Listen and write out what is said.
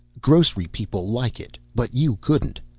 grocery people like it, but you couldn't.